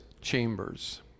Chambers